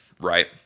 Right